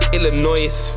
Illinois